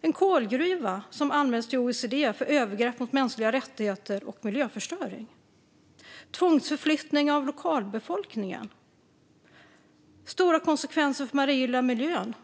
En kolgruva har anmälts till OECD för övergrepp mot mänskliga rättigheter och miljöförstöring. Lokalbefolkningen tvångsförflyttas. Det blir stora konsekvenser för den marina miljön.